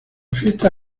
fiesta